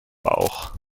bauch